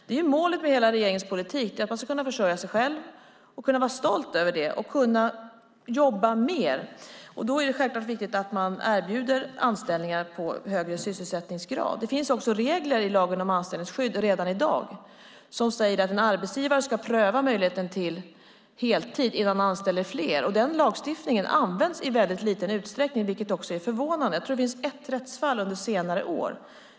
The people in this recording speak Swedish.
Det är hela målet med regeringens politik: att man ska kunna försörja sig själv, vara stolt över det och kunna jobba mer. Då är det självklart viktigt att man erbjuder anställningar med högre sysselsättningsgrad. Det finns också redan i dag regler i lagen om anställningsskydd som säger att en arbetsgivare ska pröva möjligheten till heltid innan man anställer fler. Denna lagstiftning används i väldigt liten utsträckning, vilket är förvånande. Jag tror att det finns ett rättsfall under senare år.